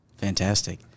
Fantastic